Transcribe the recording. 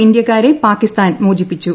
ഇന്ത്യക്കാരെ പാകിസ്ഥാൻ മോചിപ്പിച്ചു